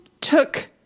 took